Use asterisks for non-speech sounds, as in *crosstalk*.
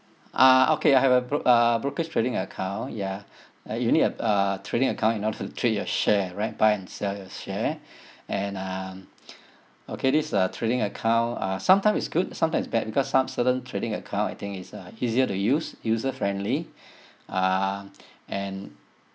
uh okay I have a brock~ uh brokers trading account ya uh you need a uh trading account in order to trade your share right buy and sell your share *breath* and um okay this uh trading account uh sometimes it's good sometimes it's bad because some certain trading account I think it's uh easier to use user friendly *breath* uh *noise* and